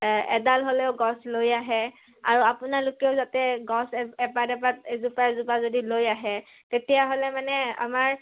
এডাল হ'লেও গছ লৈ আহে আৰু আপোনালোকেও যাতে গছ এপাত এপাত এজোপা এজোপা যদি লৈ আহে তেতিয়াহ'লে মানে আমাৰ